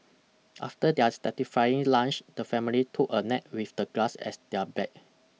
after their satisfying lunch the family took a nap with the grass as their bed